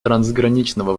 трансграничного